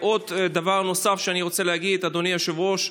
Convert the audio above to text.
דבר נוסף שאני רוצה להגיד, אדוני היושב-ראש: